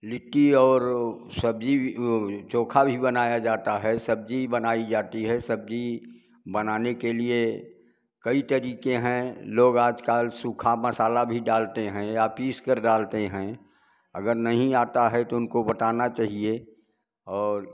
लिट्टी और सब्जी भी चोखा भी बनाया जाता है सब्जी भी बनाई जाती है सब्जी बनाने के लिए कई तरीके हैं लोग आजकल सूखा मसाला भी डालते हैं या पीसकर डालते हैं अगर नहीं आता है तो उनको बताना चाहिए और